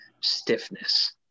stiffness